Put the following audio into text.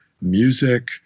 music